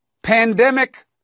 Pandemic